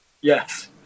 Yes